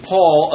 Paul